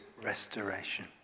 restoration